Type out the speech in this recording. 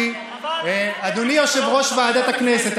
אדוני יושב-ראש ועדת הכנסת,